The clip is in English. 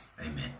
Amen